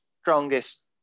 strongest